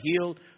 healed